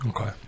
Okay